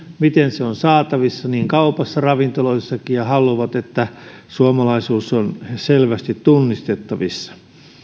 miten se on saatavissa niin kaupassa kuin ravintoloissakin ja haluavat että suomalaisuus on selvästi tunnistettavissa